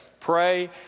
Pray